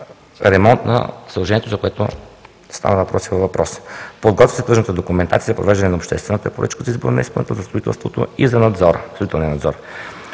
ремонт на съоръжението, за което стана въпрос. Подготвя се тръжната документация за провеждане на обществената поръчка за избор на изпълнител за строителството и за